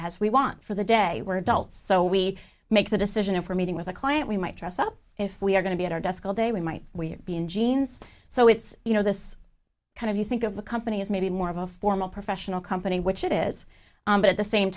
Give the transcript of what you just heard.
as we want for the day we're adults so we make the decision for meeting with a client we might dress up if we're going to be at our desk all day we might we be in jeans so it's you know this kind of you think of the company as maybe more of a formal professional company which it is but at the same